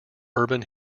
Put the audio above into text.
urban